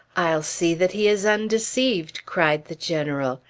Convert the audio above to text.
i'll see that he is undeceived! cried the general.